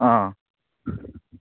ꯑꯣ